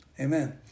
Amen